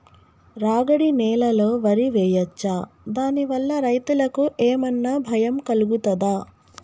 రాగడి నేలలో వరి వేయచ్చా దాని వల్ల రైతులకు ఏమన్నా భయం కలుగుతదా?